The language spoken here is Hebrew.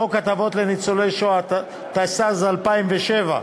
חוק הטבות לניצולי שואה, התשס"ז 2007,